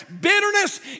bitterness